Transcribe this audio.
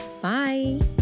Bye